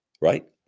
right